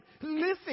listen